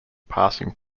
passing